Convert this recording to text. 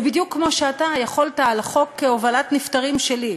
ובדיוק כמו שאתה יכולת, על חוק הובלת נפטרים שלי,